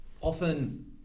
often